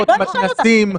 מתנ"סים?